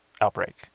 outbreak